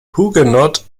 huguenot